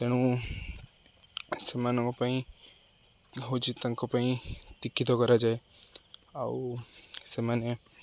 ତେଣୁ ସେମାନଙ୍କ ପାଇଁ ହେଉଛି ତାଙ୍କ ପାଇଁ କରାଯାଏ ଆଉ ସେମାନେ